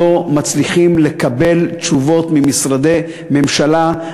לא מצליחים לקבל תשובות ממשרדי ממשלה.